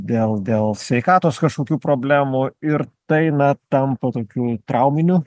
dėl dėl sveikatos kažkokių problemų ir tai na tampa tokiu trauminiu